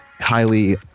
Highly